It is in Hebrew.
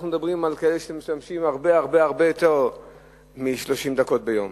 אנחנו מדברים על כאלה שמשתמשים הרבה-הרבה יותר מ-30 דקות ביום.